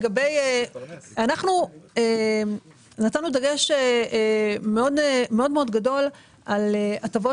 אנחנו נתנו דגש מאוד מאוד גדול על הטבות